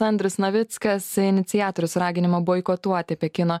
andrius navickas iniciatorius raginimo boikotuoti pekino